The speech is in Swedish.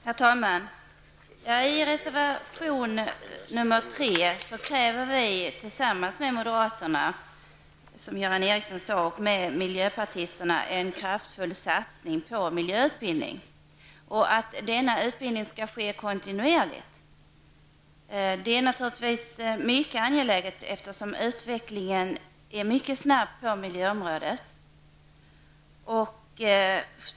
Herr talman! I reservation nr 3 kräver vi tillsammans med moderater, som Göran Ericsson sade, och miljöpartister att det skall göras en kraftfull satsning på miljöutbildning och att denna utbildning skall ske kontinuerligt. Det är naturligtvis mycket angeläget, eftersom utvecklingen på miljöområdet är mycket snabb.